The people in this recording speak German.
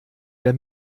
wer